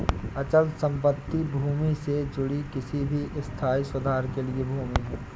अचल संपत्ति भूमि से जुड़ी किसी भी स्थायी सुधार के साथ भूमि है